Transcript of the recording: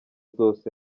zose